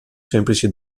semplici